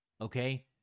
okay